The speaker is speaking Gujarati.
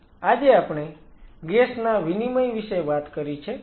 આજે આપણે ગેસ ના વિનિમય વિશે વાત કરી છે